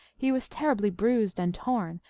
he was terribly bruised and torn,